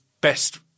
best